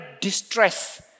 distress